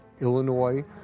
Illinois